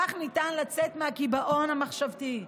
כך ניתן לצאת מהקיבעון המחשבתי,